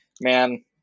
man